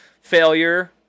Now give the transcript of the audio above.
failure